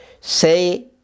say